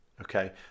Okay